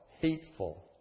hateful